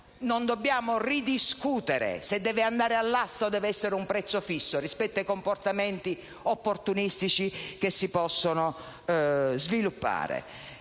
non possiamo ridiscutere se deve andare all'asta o deve avere un prezzo fisso, rispetto ai comportamenti opportunistici che si possono sviluppare?